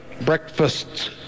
Breakfasts